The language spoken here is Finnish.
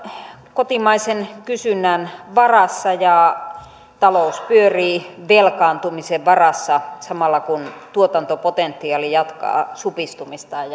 kotimaisen kysynnän varassa ja talous pyörii velkaantumisen varassa samalla kun tuotantopotentiaali jatkaa supistumistaan